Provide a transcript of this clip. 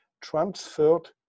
transferred